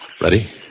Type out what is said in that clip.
Ready